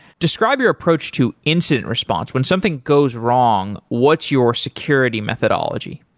describe your approach to incident response. when something goes wrong, what's your security methodology?